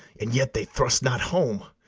and yet they thrust not home.